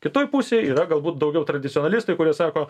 kitoj pusėj yra galbūt daugiau tradicionalistai kurie sako